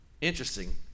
Interesting